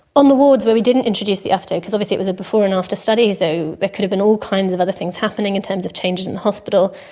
on the wards where we didn't introduce the ufto, because obviously it was a before and after study, so there could have been all kinds of other things happening in terms of changes in the hospital.